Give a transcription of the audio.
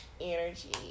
energy